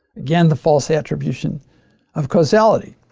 again, the false attribution of causality.